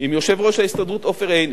עם יושב-ראש ההסתדרות עופר עיני,